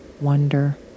wonder